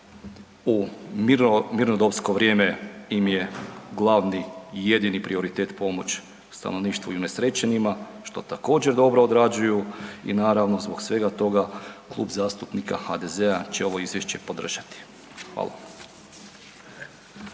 u mirnodopsko vrijeme im je glavni i jedini prioritet pomoć stanovništvu i unesrećenima, što također dobro odrađuju i naravno zbog svega toga Klub zastupnika HDZ-a će ovo izvješće podržati. Hvala.